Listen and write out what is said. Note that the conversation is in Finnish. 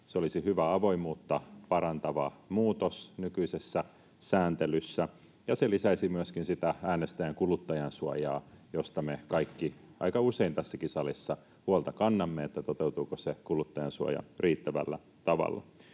se olisi hyvä avoimuutta parantava muutos nykyisessä sääntelyssä, ja se lisäisi myöskin sitä äänestäjän kuluttajansuojaa, josta me kaikki aika usein tässäkin salissa huolta kannamme, että toteutuuko se kuluttajansuoja riittävällä tavalla.